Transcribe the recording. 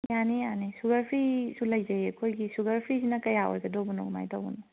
ꯌꯥꯅꯤ ꯌꯥꯅꯤ ꯁꯨꯒꯔ ꯐ꯭ꯔꯤꯁꯨ ꯂꯩꯖꯩ ꯑꯩꯈꯣꯏꯒꯤ ꯁꯨꯒꯔ ꯐ꯭ꯔꯤꯁꯤꯅ ꯀꯌꯥ ꯑꯣꯏꯒꯗꯧꯕꯅꯣ ꯀꯃꯥꯏꯅ ꯇꯧꯕꯅꯣ